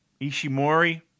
Ishimori